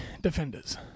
Defenders